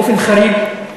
באופן חריג,